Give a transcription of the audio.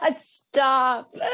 stop